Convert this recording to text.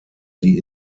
die